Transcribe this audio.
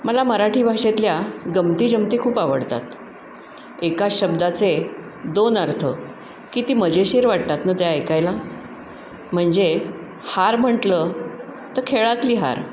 मला मराठी भाषेतल्या गमतीजमती खूप आवडतात एका शब्दाचे दोन अर्थ किती मजेशीर वाटतात ना त्या ऐकायला म्हणजे हार म्हटलं तर खेळातली हार